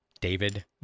David